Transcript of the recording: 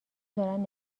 دارن